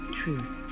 truth